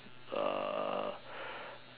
uh